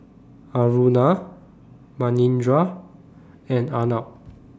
Aruna Manindra and Arnab